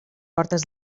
portes